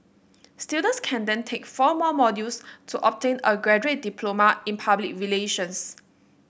students can then take four more modules to obtain a graduate diploma in public relations